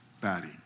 batty